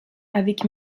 avec